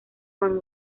juan